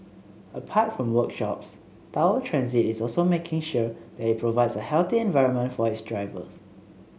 apart from workshops Tower Transit is also making sure that it provides a healthy environment for its drivers